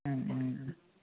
ம் ம் ம்